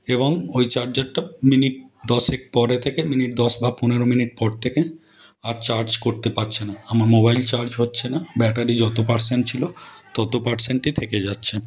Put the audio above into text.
এবং ওই চার্জারটা মিনিট দশেক পরে থেকে মিনিট দশ বা পনেরো মিনিট পর থেকে আর চার্জ করতে পারছে না আমার মোবাইল চার্জ হচ্ছে না ব্যাটারি যত পার্সেন্ট ছিল তত পার্সেন্টই থেকে যাচ্ছে